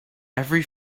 every